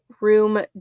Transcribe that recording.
Room